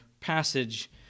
passage